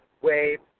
wave